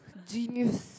genius